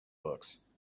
books